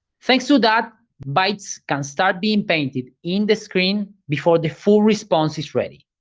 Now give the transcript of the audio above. thanks to that, bytes can start being painted in the screen before the full response is ready.